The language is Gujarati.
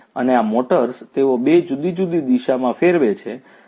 અને આ મોટર્સ તેઓ બે જુદી જુદી દિશામાં ફેરવે છે